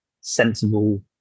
sensible